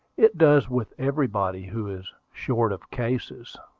it does with everybody who is short of cases.